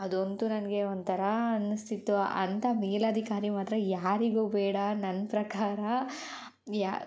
ಅದಂತೂ ನನಗೆ ಒಂಥರ ಅನ್ನಿಸ್ತಿತ್ತು ಅಂಥ ಮೇಲಾಧಿಕಾರಿ ಮಾತ್ರ ಯಾರಿಗೂ ಬೇಡ ನನ್ನ ಪ್ರಕಾರ ಯಾ